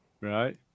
right